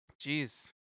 Jeez